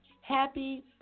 happy